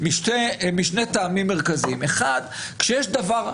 משני טעמים מרכזיים: אחד, שיש דבר טוב,